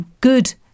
good